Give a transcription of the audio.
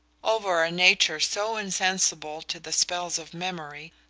over a nature so insensible to the spells of memory,